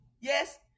yes